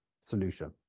solution